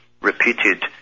repeated